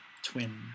twin